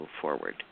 forward